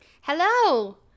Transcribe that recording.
Hello